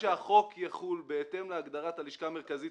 אנחנו רוצים שהחוק יחול בהתאם להגדרת הלשכה המרכזית